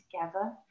together